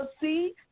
see